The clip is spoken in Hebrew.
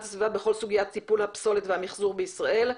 הסביבה בכל סוגיית הטיפול בפסולת והמחזור בישראל.